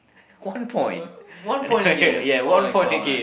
one point yeah one point again